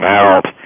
out